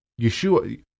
Yeshua